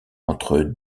entre